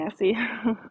nasty